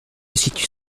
situe